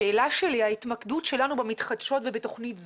השאלה שלי היא לגבי ההתמקדות שלנו במתחדשות ובתוכנית זו,